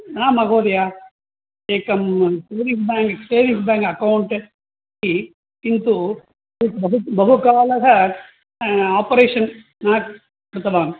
न महोदय एकं savings bank savings bank account अस्ति किन्तु बहु बहुकालः ओपरेषन् न कृतवान्